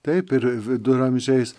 taip ir viduramžiais